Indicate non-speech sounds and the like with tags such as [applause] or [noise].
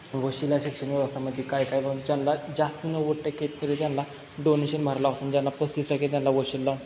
वशिला शिक्षण व्यवस्थेमध्ये काय काय [unintelligible] म्हणून ज्यांना जास्त नव्वद टक्के त्यांना डोनेशन भरलं असून ज्यांना पस्तीस टक्के त्यांना वशिला